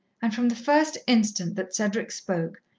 and from the first instant that cedric spoke,